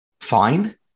fine